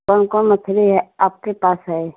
कौन कौन मछली है आपके पास है